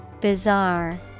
Bizarre